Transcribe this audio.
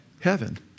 heaven